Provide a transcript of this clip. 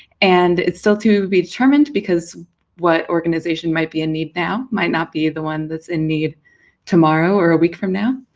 and it's still to be determined, because what organisation might be in need now might not be the one that is in need tomorrow, or a week from now.